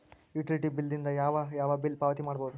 Utility bill ದಿಂದ ಯಾವ ಯಾವ ಬಿಲ್ ಪಾವತಿ ಮಾಡಬಹುದು?